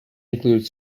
include